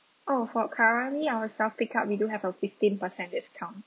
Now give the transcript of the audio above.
oh for currently our self pick up we do have a fifteen percent discount